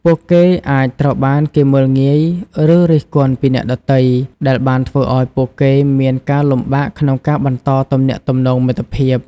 ពួកគេអាចត្រូវបានគេមើលងាយឬរិះគន់ពីអ្នកដទៃ ដែលបានធ្វើឱ្យពួកគេមានការលំបាកក្នុងការបន្តទំនាក់ទំនងមិត្តភាព។